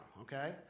okay